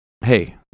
Hey